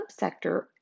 subsector